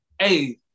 hey